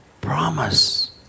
promise